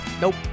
Nope